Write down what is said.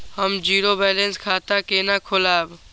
हम zero balance खाता केना खोलाब?